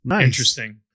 Interesting